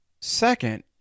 Second